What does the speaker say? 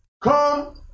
Come